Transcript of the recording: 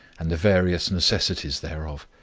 and the various necessities thereof,